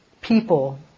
people